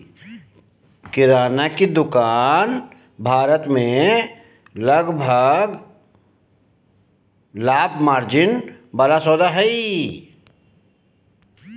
किराने की दुकान भारत में लाभ मार्जिन वाला सौदा हइ